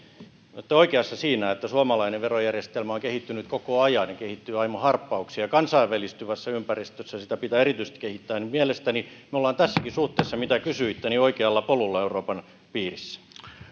olette oikeassa siinä että suomalainen verojärjestelmä on kehittynyt koko ajan ja kehittyy aimo harppauksin ja kansainvälistyvässä ympäristössä sitä pitää erityisesti kehittää eli mielestäni me olemme tässäkin suhteessa mitä kysyitte oikealla polulla euroopan piirissä